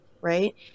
right